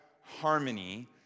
harmony